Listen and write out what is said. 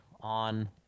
on